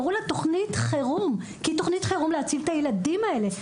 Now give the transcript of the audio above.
קראו לה תוכנית חירום כי היא תוכנית חירום להציל את הילדים האלה.